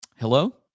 Hello